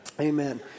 Amen